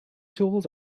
tools